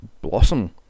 Blossom